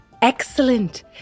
Excellent